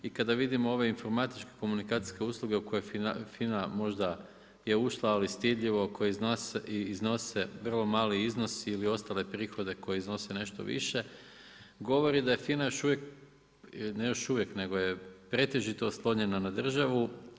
I kada vidimo ove informatičko-komunikacijske usluge u koje FINA je možda ušla, ali stidljivo i iznose vrlo mali iznos ili ostale prihode koji iznose nešto više govori da je FINA još uvijek, ne još uvijek nego je pretežito oslonjena na državu.